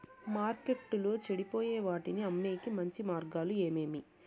మార్కెట్టులో చెడిపోయే వాటిని అమ్మేకి మంచి మార్గాలు ఏమేమి